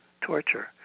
torture